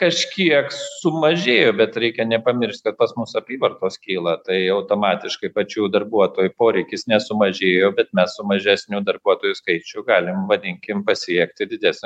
kažkiek sumažėjo bet reikia nepamiršt kad pas mus apyvartos kyla tai tai automatiškai pačių darbuotojų poreikis nesumažėjo bet mes su mažesniu darbuotojų skaičiu galim vadinkim pasiekti didesnį